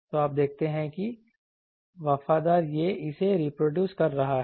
तो आप देखते हैं कि वफादार यह इसे रीप्रोड्यूस कर रहा है